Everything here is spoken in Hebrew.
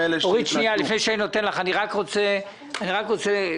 גם אני כחבר כנסת מציל חיים.